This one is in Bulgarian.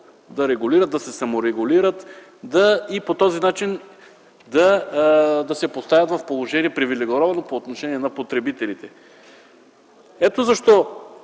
да регулират, да се саморегулират и по този начин да се поставят в привилегировано положение по отношение на потребителите. Ето защо